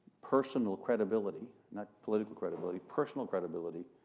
personal credibility, not political credibility, personal credibility,